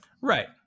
Right